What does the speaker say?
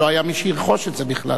לא היה מי שירכוש את זה בכלל.